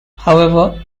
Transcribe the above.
however